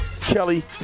Kelly